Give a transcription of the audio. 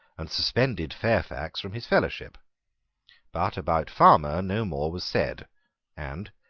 and suspended fairfax from his fellowship but about farmer no more was said and,